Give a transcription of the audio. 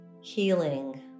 healing